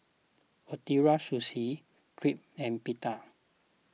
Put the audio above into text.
Ootoro Sushi Crepe and Pita